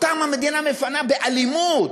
אותם, המדינה מפנה באלימות.